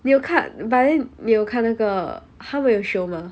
你有看 but then 你有看那个他们有 show mah